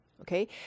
okay